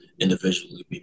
individually